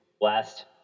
Last